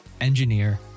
engineer